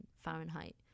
Fahrenheit